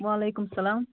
وعلیکُم سلام